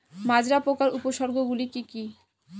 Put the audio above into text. মাজরা পোকার উপসর্গগুলি কি কি?